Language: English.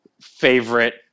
favorite